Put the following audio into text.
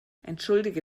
entschuldige